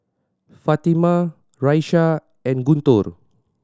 Fatimah Raisya and Guntur